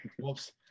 Whoops